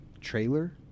trailer